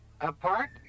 Apart